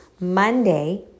Monday